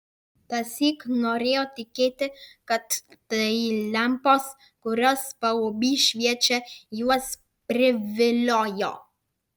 tąsyk norėjo tikėti kad tai lempos kurios paluby šviečia juos priviliojo